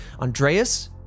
Andreas